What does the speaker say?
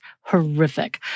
horrific